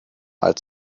als